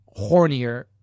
hornier